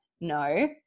no